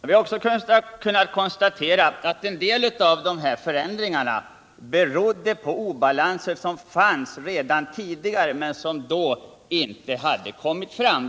Vi har också kunnat konstatera att en del av dessa förändringar berodde på obalanser som funnits redan tidigare men som då inte kommit fram.